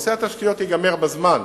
נושא התשתיות ייגמר בזמן,